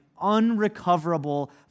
unrecoverable